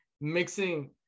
mixing